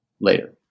later